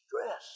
stress